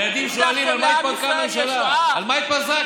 ילדים שואלים על מה התפרקה הממשלה,